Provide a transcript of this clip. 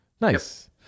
Nice